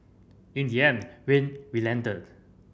in the end Wayne relented